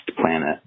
Planet